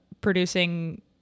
producing